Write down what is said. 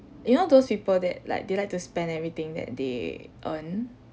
you know those people that like they like to spend everything that they earn